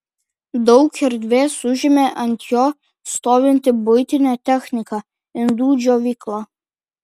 daug erdvės užėmė ant jo stovinti buitinė technika indų džiovykla